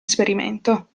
esperimento